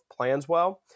Planswell